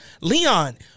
Leon